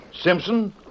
Simpson